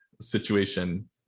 situation